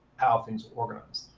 how things are organized.